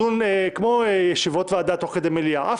כמו ישיבות ועדה תוך כדי מליאה אף